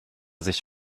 sich